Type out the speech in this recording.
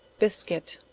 biscuit.